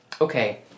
okay